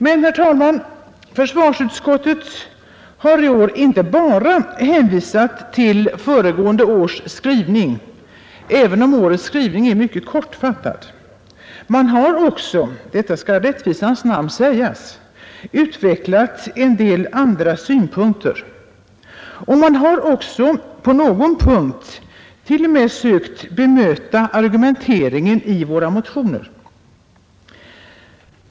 Men försvarsutskottet har i år inte bara hänvisat till föregående års skrivning även om årets skrivning är mycket kortfattad. Utskottet har också — detta skall i rättvisans namn sägas — utvecklat en del andra synpunkter. Utskottet har också på någon punkt t.o.m. sökt bemöta argumenteringen i motionerna.